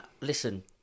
listen